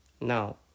Now